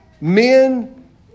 Men